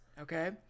okay